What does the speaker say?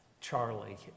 Charlie